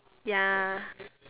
ya